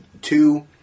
two